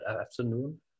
afternoon